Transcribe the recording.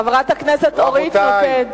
רבותי,